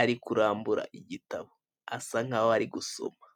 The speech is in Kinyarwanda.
ari kurambura igitabo, asa nk'aho ari gusoma.